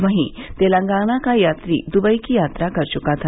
वहीं तेलंगाना का यात्री दुबई की यात्रा कर चुका था